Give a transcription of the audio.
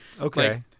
okay